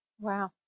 Wow